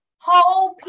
whole